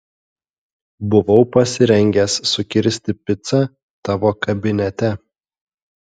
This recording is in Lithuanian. buvau pasirengęs sukirsti picą tavo kabinete